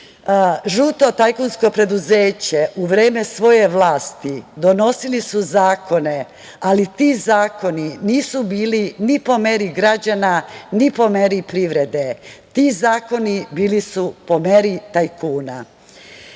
tajkunsko preduzeće, u vreme svoje vlasti donosili su zakone, ali ti zakoni nisu bili ni po meri građana, ni po meri privrede, ti zakoni bili su po meri tajkuna. Odmah